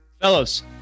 Fellows